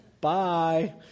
bye